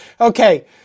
Okay